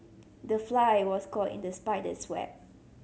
the fly was caught in the spider's web